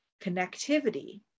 connectivity